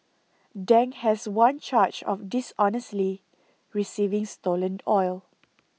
Dang has one charge of dishonestly receiving stolen oil